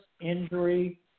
injury